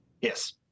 Yes